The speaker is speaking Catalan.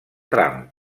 trump